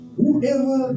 whoever